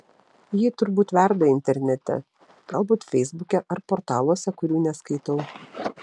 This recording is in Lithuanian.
ji turbūt verda internete galbūt feisbuke ar portaluose kurių neskaitau